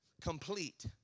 Complete